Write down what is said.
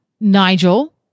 Nigel